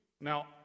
Now